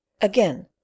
again